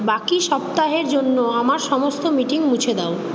বাকি সপ্তাহের জন্য আমার সমস্ত মিটিং মুছে দাও